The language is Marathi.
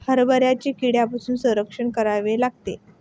हरभऱ्याचे कीड्यांपासून संरक्षण करावे लागते